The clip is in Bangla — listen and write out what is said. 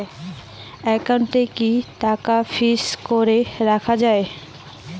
একাউন্টে কি টাকা ফিক্সড করে রাখা যায়?